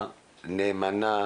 אין תשובה לזה.